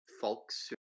folks